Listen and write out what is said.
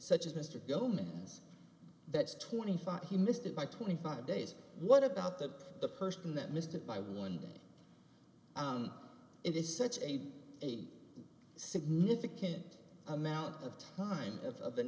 such as mr jones that's twenty five he missed it by twenty five days what about that the person that missed it by one day it is such a significant amount of time of an